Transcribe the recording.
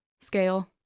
scale